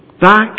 back